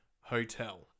hotel